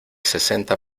sesenta